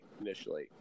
initially